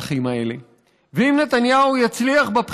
אם נתניהו יצליח במהלכים האלה,